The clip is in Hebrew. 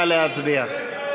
נא להצביע.